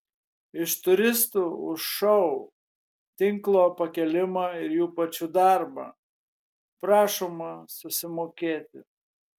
iš turistų už šou tinklo pakėlimą ir jų pačių darbą prašoma susimokėti